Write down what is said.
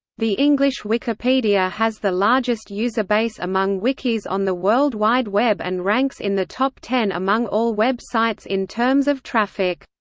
the english wikipedia has the largest user base among wikis on the world wide web and ranks in the top ten among all web sites in terms of traffic.